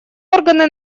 органы